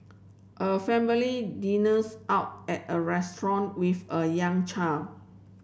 a family dinners out at a restaurant with a young child